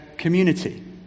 community